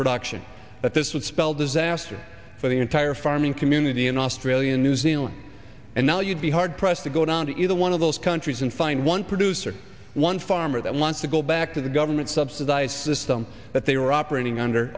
production but this would spell disaster for the entire farming community in australia new zealand and now you'd be hard pressed to go down to either one of those countries and find one producer one farmer that wants to go back to the government subsidized system that they were operating under